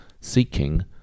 seeking